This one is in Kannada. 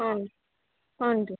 ಹಾಂ ಹ್ಞೂ ರೀ